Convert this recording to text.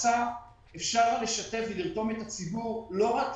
אפשר לשתף ולרתום את הציבור לא רק